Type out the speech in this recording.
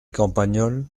campagnols